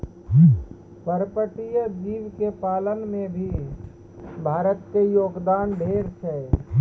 पर्पटीय जीव के पालन में भी भारत के योगदान ढेर छै